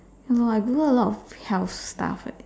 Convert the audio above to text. ya lor I Google a lot of health stuff leh